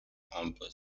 amber